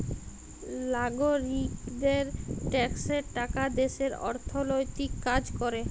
লাগরিকদের ট্যাক্সের টাকা দ্যাশের অথ্থলৈতিক কাজ ক্যরে